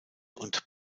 und